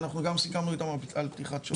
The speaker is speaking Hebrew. אנחנו גם סיכמנו איתם על פתיחת שירותים.